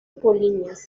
polinias